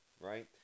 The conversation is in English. right